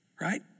right